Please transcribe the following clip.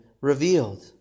revealed